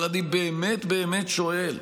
אבל אני באמת באמת שואל,